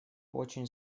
очень